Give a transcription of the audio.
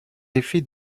effets